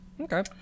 Okay